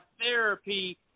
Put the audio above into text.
therapy